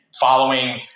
following